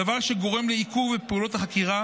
דבר שגורם לעיכוב בפעולות החקירה